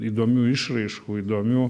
įdomių išraiškų įdomių